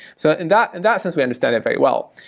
so in that and that sense, we understand it very well.